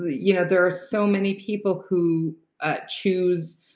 ah you know there are so many people who ah choose!